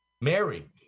Mary